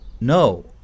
No